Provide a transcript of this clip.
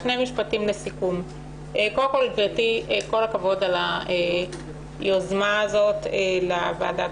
שלפני שיגיעו לישיבה הבאה של ועדת